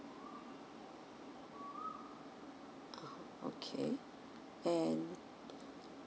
okay and